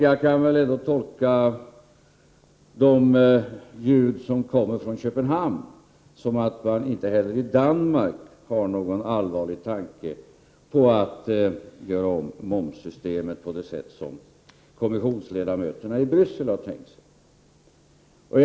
Jag kan väl också tolka de signaler som kommer från Köpenhamn så, att man inte heller i Danmark har någon allvarlig tanke på att göra om momssystemet på det sätt som kommissionsledamöterna i Bryssel har tänkt sig.